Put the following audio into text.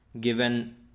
given